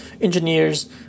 engineers